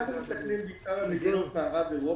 אנחנו מסתכלים בעיקר על מדינות מערב אירופה,